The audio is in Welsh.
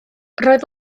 roedd